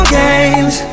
games